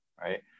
right